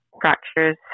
fractures